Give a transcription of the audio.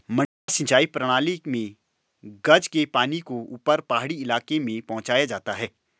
मडडा सिंचाई प्रणाली मे गज के पानी को ऊपर पहाड़ी इलाके में पहुंचाया जाता है